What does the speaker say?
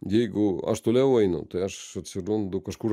jeigu aš toliau einu tai aš atsirandu kažkur